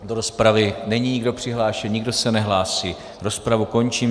Do rozpravy není nikdo přihlášen, nikdo se nehlásí, rozpravu končím.